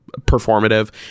performative